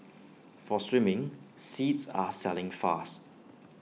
for swimming seats are selling fast